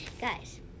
guys